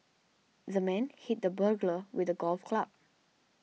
the man hit the burglar with a golf club